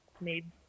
made